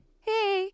Hey